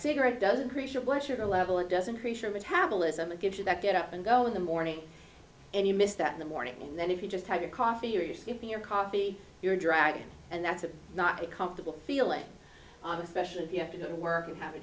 cigarette does increase your blood sugar level and doesn't reach your metabolism and gives you that get up and go in the morning and you miss that in the morning and then if you just have your coffee your sleeping your coffee your drag and that's not a comfortable feeling on especially if you have to go to work you have a